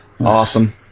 Awesome